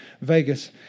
Vegas